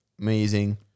amazing